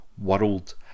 World